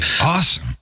Awesome